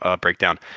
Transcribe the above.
breakdown